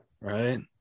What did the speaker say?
right